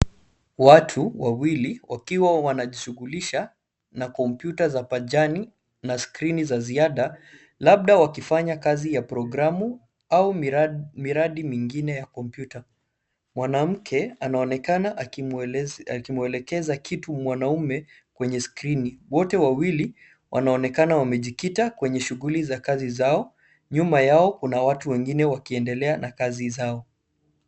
Watu wawili wakiwa wanajishughulisha na kompyuta za pajani na skrini za ziada labda wakifanyakazi ya programu au miradi mingine ya kompyuta. Mwanamke anaonekana akimuelekeza kitu mwanaume kwenye skrini. Wote wawili wanaonekana wamejikita kwenye shughuli za kazi zao. Nyuma yao kuna watu wengine wakiendelea na kazi zao.